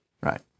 Right